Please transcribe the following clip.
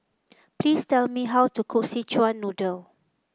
please tell me how to cook Szechuan Noodle